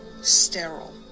sterile